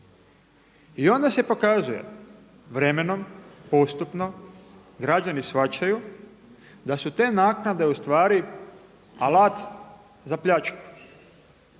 I onda se pokazuje vremenom postupno građani shvaćaju da su te naknade u stvari alat za pljačku